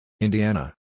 Indiana